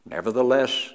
Nevertheless